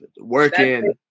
working